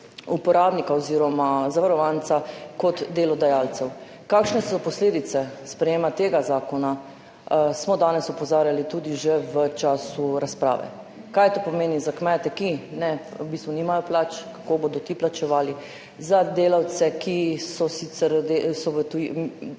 uporabnika oziroma zavarovanca kot za delodajalce. Kakšne so posledice sprejetja tega zakona, smo danes opozarjali tudi že v času razprave, kaj to pomeni za kmete, ki v bistvu nimajo plač, kako bodo ti plačevali, za delavce, ki so registrirani